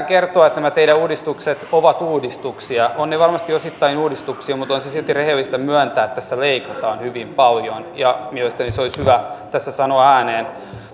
kertoa että nämä teidän uudistukset ovat uudistuksia ovat ne varmasti osittain uudistuksia mutta on silti rehellistä myöntää että tässä leikataan hyvin paljon mielestäni se olisi hyvä tässä sanoa ääneen